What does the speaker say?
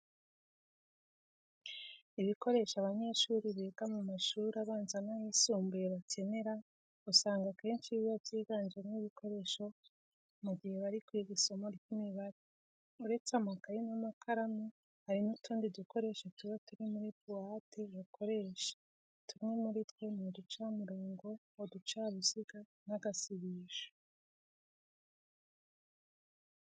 Ibikoresho abanyeshuri biga mu mashuri abanza n'ayisumbuye bakenera usanga akenshi biba byiganjemo ibikoreshwa mu gihe bari kwiga isomo ry'imibare. Uretse amakayi n'amakaramu, hari n'utundi dukoresho tuba turi muri buwate bakoresha. Tumwe muri two ni uducamurongo, uducaruziga n'agasibisho.